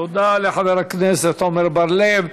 תודה לחבר הכנסת עמר בר-לב.